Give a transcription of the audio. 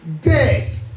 dead